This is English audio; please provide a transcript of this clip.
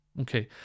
Okay